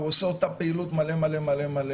הוא עושה אותה פעילות מלא, מלא, מלא.